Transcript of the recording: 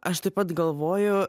aš taip pat galvoju